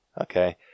Okay